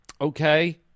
okay